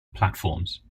platforms